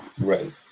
Right